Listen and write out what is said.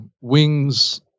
wings